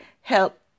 help